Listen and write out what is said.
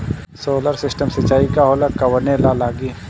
Solar system सिचाई का होला कवने ला लागी?